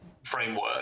framework